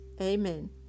Amen